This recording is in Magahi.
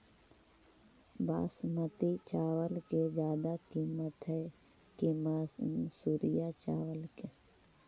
बासमती चावल के ज्यादा किमत है कि मनसुरिया चावल के?